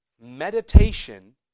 meditation